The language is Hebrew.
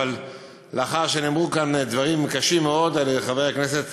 אבל לאחר שנאמרו כאן דברים קשים מאוד על-ידי חבר הכנסת